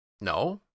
No